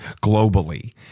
globally